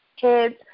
kids